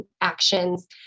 actions